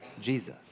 Jesus